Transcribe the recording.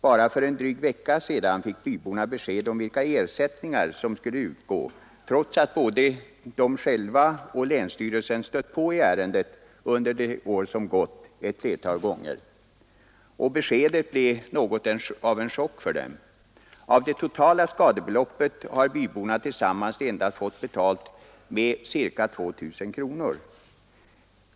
Bara för en dryg vecka sedan fick byborna besked om vilka ersättningar som skulle utgå, trots att både de själva och länsstyrelsen hade stött på i ärendet ett flertal gånger under det år som har gått. Och beskedet blev något av en chock för dem. Av det totala skadebeloppet får byborna tillsammans endast ca 2 000 kronor.